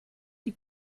die